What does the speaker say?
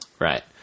Right